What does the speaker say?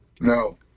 No